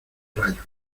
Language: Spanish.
rayo